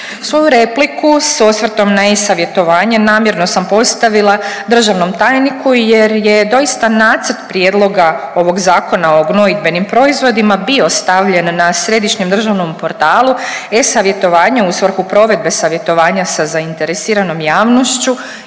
Svoju repliku s osvrtom na e-savjetovanje namjerno sam postavila državnom tajniku jer je doista nacrt prijedloga ovog Zakona o gnojidbenim proizvodima bio stavljen na središnjem državnom portalu e-savjetovanja u svrhu provedbe savjetovanja sa zainteresiranom javnošću